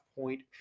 point